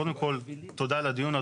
קודם כל, תודה על הדיון.